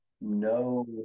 no